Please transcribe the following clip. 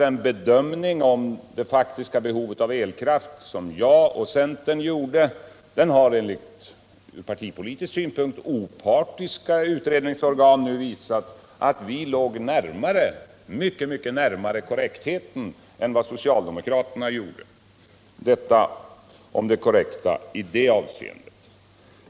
Den bedömning av det faktiska behovet av elkraft som jag och centern samtidigt gjorde har enligt ur partipolitisk synpunkt neutrala utredningsorgan visat sig ligga mycket närmare verkligheten än den som socialdemokraterna gjorde. Detta om det korrekta i det avseendet.